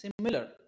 similar